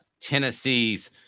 tennessee's